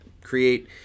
create